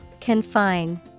Confine